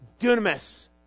dunamis